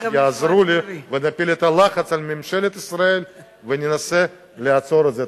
מהליכוד יעזרו לי ונפעיל את הלחץ על ממשלת ישראל וננסה לעצור את זה.